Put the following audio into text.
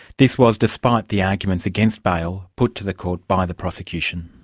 this was despite the arguments against bail put to the court by the prosecution.